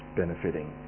benefiting